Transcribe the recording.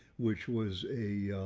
which was a,